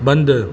बंदु